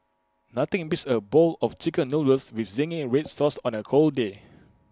nothing beats A bowl of Chicken Noodles with Zingy Red Sauce on A cold day